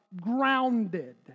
grounded